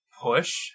push